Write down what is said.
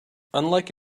unlike